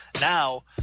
now